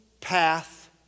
path